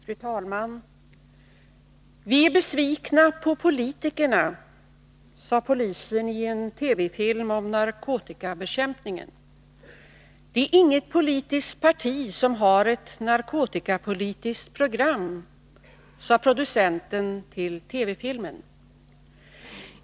Fru talman! Vi är besvikna på politikerna, sade polisen i en TV-film om narkotikabekämpning. Det är inget politiskt parti som har ett narkotikapolitiskt program, sade producenten till TV-filmen.